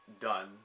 done